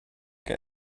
get